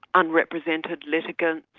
unrepresented litigants,